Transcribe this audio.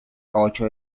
caucho